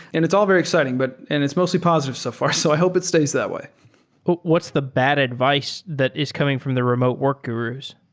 and it's all very exciting, but and it's mostly positive so far. so i hope it stays that way but what's the bad a device that is coming from the remote work gurus?